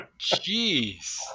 Jeez